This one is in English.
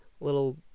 little